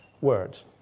words